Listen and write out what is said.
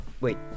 wait